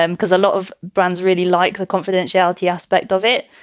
and because a lot of brands really like the confidentiality aspect of it.